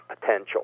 potential